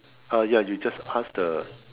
ah ya you just asked the